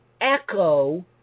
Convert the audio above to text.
echo